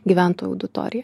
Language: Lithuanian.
gyventojų auditoriją